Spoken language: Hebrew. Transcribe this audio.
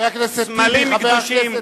סמלים קדושים,